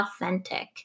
authentic